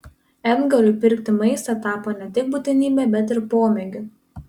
edgarui pirkti maistą tapo ne tik būtinybe bet ir pomėgiu